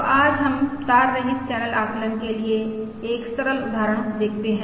तो आज हम तार रहित चैनल आकलन के लिए एक सरल उदाहरण देखते हैं